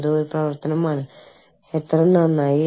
അതിനാൽ അവിടെ വിസ മാറ്റം ഉണ്ടായിരിക്കണം